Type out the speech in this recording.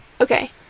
Okay